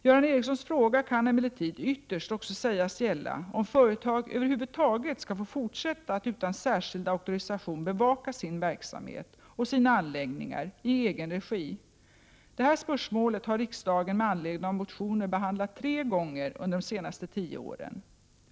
Göran Ericssons fråga kan emellertid ytterst också sägas gälla om företag över huvud taget skall få fortsätta att utan särskild auktorisation bevaka sin verksamhet och sina anläggningar i egen regi. Detta spörsmål har riksdagen med anledning av motioner behandlat tre gånger under de senaste tio åren.